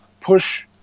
push